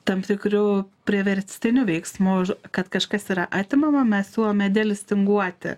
tam tikriu priverstiniu veiksmu kad kažkas yra atimama mes siūlome delistinguoti